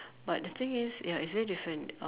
but the thing is ya it's very different uh